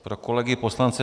Pro kolegy poslance.